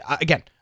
Again